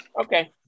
okay